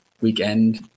weekend